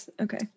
Okay